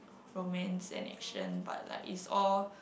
romance in action but like is all